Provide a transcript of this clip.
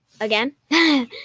Again